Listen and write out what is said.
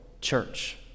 church